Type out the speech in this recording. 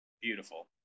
Beautiful